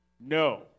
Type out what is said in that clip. No